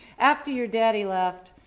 after your daddy left,